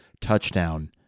touchdown